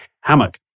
hammock